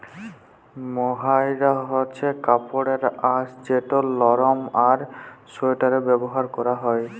mohair হছে কাপড়ের আঁশ যেট লরম আর সোয়েটারে ব্যাভার ক্যরা হ্যয়